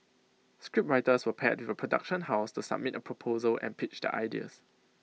scriptwriters were paired with production house to submit A proposal and pitch their ideas